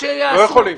הם לא יכולים.